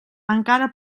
encara